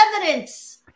evidence